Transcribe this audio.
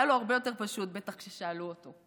בטח היה לו הרבה יותר פשוט כששאלו אותו,